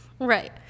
Right